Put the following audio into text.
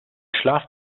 schlaf